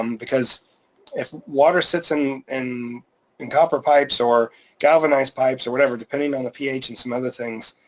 um because if water sits and in in copper pipes or galvanized pipes or whatever, depending on the ph and some other things,